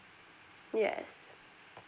yes